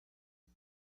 now